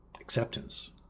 acceptance